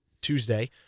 Tuesday